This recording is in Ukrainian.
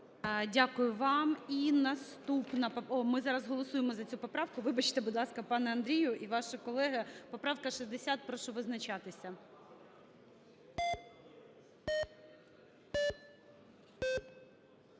О, ми зараз голосуємо за цю поправку, вибачте, будь ласка, пане Андрію і ваші колеги. Поправка 60, прошу визначатися.